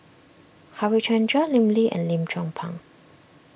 Harichandra Lim Lee and Lim Chong Pang